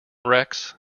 rex